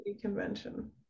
convention